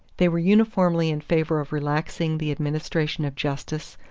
they were uniformly in favor of relaxing the administration of justice,